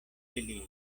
eliris